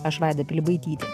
aš vaida pilibaitytė